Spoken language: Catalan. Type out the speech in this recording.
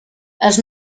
els